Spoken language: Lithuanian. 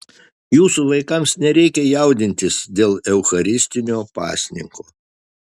jūsų vaikams nereikia jaudintis dėl eucharistinio pasninko